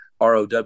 ROW